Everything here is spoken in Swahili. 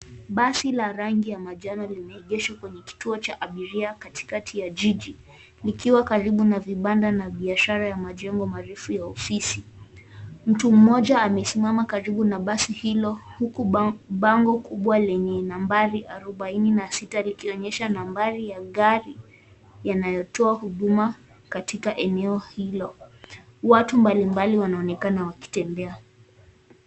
Basi la rangi ya manjano limeegeshwa kwenye kituo cha abiria katikati ya jiji. Likiwa karibu na vibanda na biashara ya majengo marefu ya ofisi. Mtu mmoja amesimama karibu na basi hilo huku bango kubwa lenye nambari arobaini na sita likionyesha nambari ya gari inayotoa huduma katika eneo hilo. Watu mbalimbali wanaonekana wakitembea.